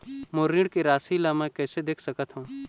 मोर ऋण के राशि ला म कैसे देख सकत हव?